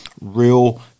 real